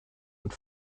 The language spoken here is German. und